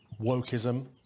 wokeism